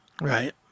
right